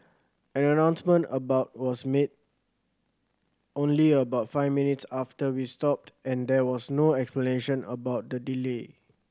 an announcement about was made only about five minutes after we stopped and there was no explanation about the delay